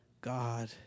God